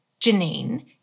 Janine